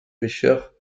pêcheurs